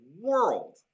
world